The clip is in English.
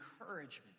encouragement